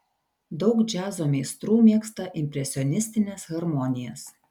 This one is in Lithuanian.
daug džiazo meistrų mėgsta impresionistines harmonijas